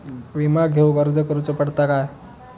विमा घेउक अर्ज करुचो पडता काय?